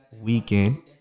Weekend